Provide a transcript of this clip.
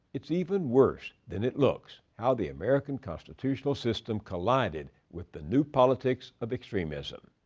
it's even worse than it looks how the american constitutional system collided with the new politics of extremism.